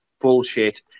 bullshit